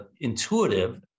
intuitive